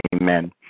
Amen